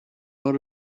mode